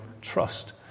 trust